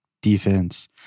defense